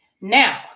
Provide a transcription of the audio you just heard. Now